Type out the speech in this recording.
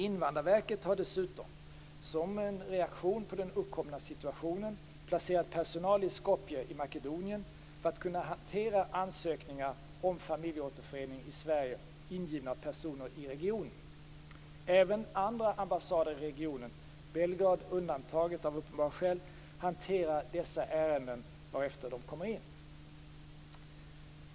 Invandrarverket har dessutom, som en reaktion på den uppkomna situationen, placerat personal i Skopje i Makedonien för att kunna hantera ansökningar om familjeåterförening i Sverige ingivna av personer i regionen. Även andra ambassader i regionen, Belgrad undantaget av uppenbara skäl, hanterar dessa ärenden varefter de kommer in.